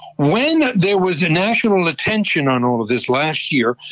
when there was a national attention on all of this last year,